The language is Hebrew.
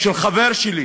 של חבר שלי